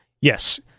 Yes